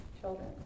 children